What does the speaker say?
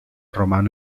romano